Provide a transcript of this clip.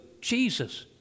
Jesus